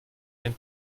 kein